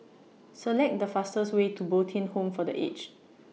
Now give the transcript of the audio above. Select The fastest Way to Bo Tien Home For The Aged